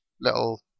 little